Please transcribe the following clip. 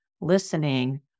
listening